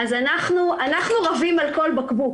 אנחנו רבים על כל בקבוק.